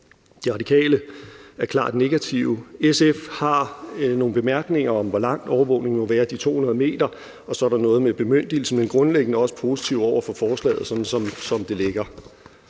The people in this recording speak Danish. De Radikale er klart negative. SF har nogle bemærkninger om, hvor langt der må være overvågning, altså de 200 m, og så er der noget med bemyndigelse, men er grundliggende også positive over for forslaget, som det ligger.